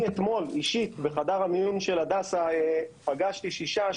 אני אתמול אישית בחדר המיון של הדסה פגשתי שישה,